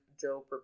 Joe